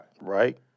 Right